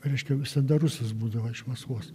reiškia visada rusas būdavo iš maskvos